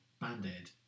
Band-Aid